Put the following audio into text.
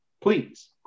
please